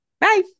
Bye